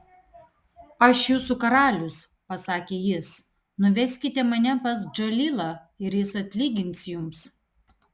aš jūsų karalius pasakė jis nuveskite mane pas džalilą ir jis atlygins jums